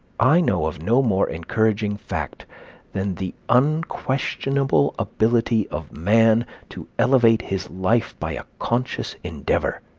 i know of no more encouraging fact than the unquestionable ability of man to elevate his life by a conscious endeavor.